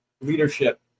leadership